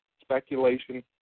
speculation